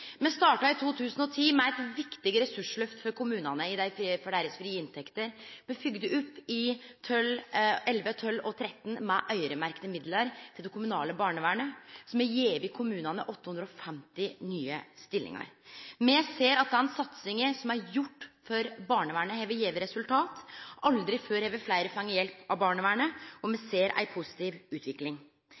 Me starta i 2010 med eit viktig ressursløft for kommunane i deira frie inntekter, me følgde opp i 2011, 2012 og 2013 med øyremerkte midlar til det kommunale barnevernet. Det har gjeve kommunane 850 nye stillingar. Me ser at den satsinga som er gjort for barnevernet, har gjeve resultat. Aldri før har fleire fått hjelp av barnevernet, og me ser ei positiv utvikling.